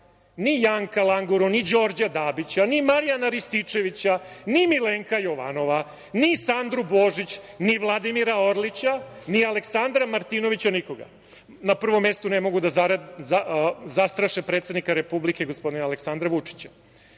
ni Janka Languru, ni Đorđa Dabića, ni Marijana Rističevića, ni Milenka Jovanova, ni Sandru Božić, ni Vladimira Orlića, ni Aleksandra Martinovića, nikoga. Na prvom mestu ne mogu da zastraše predsednika republike, gospodina Aleksandra Vučića. Mogu